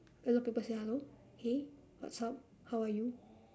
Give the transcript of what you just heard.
a lot of people say hello hey what's up how are you